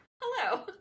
hello